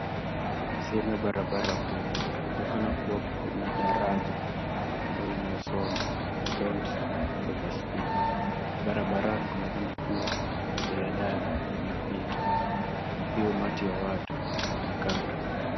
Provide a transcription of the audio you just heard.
Sehemu ya barabara kuu inaonekana kuwa kuna daraja ambalolinasoma don't overspeed .Barabarani kunaonekana kuwa daladala inapita na pia umati wa watu unaonekana.